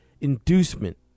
inducement